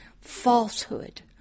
falsehood